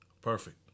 Perfect